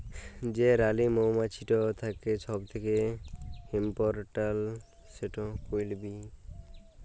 যে রালী মমাছিট থ্যাকে ছব থ্যাকে ইমপরট্যাল্ট, সেট কুইল বী